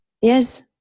yes